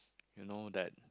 you know that